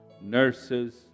nurses